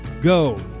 go